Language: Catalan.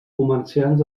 comerciants